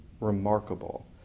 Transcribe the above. remarkable